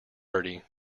bertie